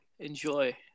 enjoy